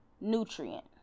nutrient